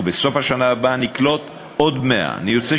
ובסוף השנה הבאה נקלוט עוד 100. אני רוצה